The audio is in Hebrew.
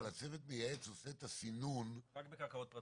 אבל הצוות המייעץ עושה את הסינון -- רק בקרקעות פרטיות.